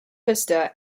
vista